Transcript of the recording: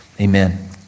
Amen